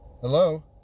Hello